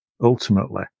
ultimately